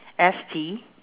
S T